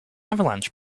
avalanche